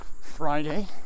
Friday